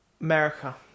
America